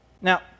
Now